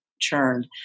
churned